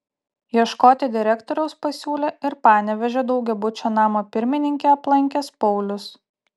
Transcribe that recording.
ieškoti direktoriaus pasiūlė ir panevėžio daugiabučio namo pirmininkę aplankęs paulius